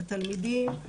התלמידים,